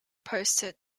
posted